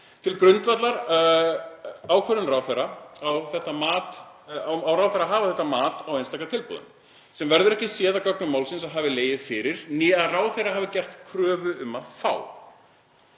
Til grundvallar ákvörðun sinni á ráðherra að hafa þetta mat á tilboðum sem verður ekki séð af gögnum málsins að hafi legið fyrir né að ráðherra hafi gert kröfu um að fá.